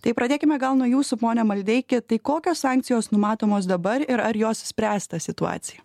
tai pradėkime gal nuo jūsų pone maldeiki tai kokios sankcijos numatomos dabar ir ar jos spręs tą situaciją